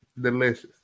Delicious